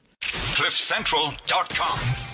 CliffCentral.com